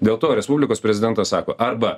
dėl to respublikos prezidentas sako arba